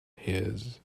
his